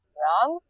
wrong